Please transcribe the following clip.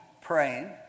praying